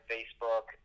Facebook